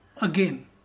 again